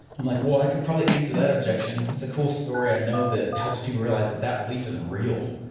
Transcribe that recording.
i'm like, well, i could probably answer that objection. what's the cool story i know that helps people realize that that belief isn't real?